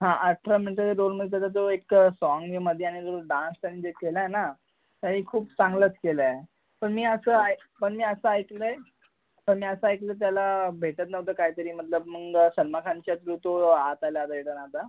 हां अठरा मिनिटाच्या रोलमध्ये त्याचा जो एक सॉन्ग आणि मध्ये आणि तो डान्स त्याने जे केला आहे ना त्याने खूप चांगलंच केला आहे पण मी असं आहे पण मी असं ऐकलं आहे पण मी असं ऐकलं आहे त्याला भेटत नव्हतं काहीतरी मतलब मग सलमान खानच्या थ्रू तो आत आला